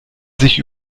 sich